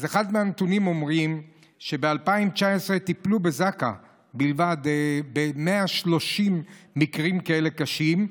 אחד מהנתונים אומר שב-2019 טיפלו בזק"א ב-130 מקרים קשים כאלה,